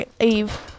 Eve